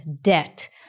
debt